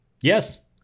Yes